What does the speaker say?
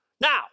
Now